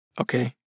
Okay